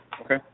Okay